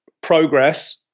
progress